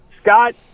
Scott